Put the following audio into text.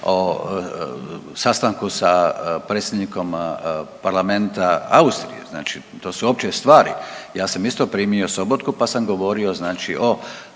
o sastanku sa predsjednikom parlamenta Austrije znači to su opće stvari. Ja sam isto primio Sobotku pa sam govorio znači o